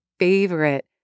Favorite